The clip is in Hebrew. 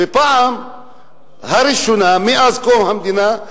בפעם הראשונה מאז קום המדינה,